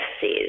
says